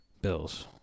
Bills